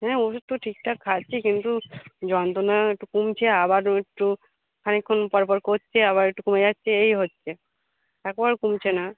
হ্যাঁ ওষুধ তো ঠিকঠাক খাচ্ছি কিন্তু যন্ত্রণা একটু কমছে আবার ও একটু খানিকক্ষণ পরপর করছে আবার একটু কমে যাচ্ছে এই হচ্ছে একবারে কমছে না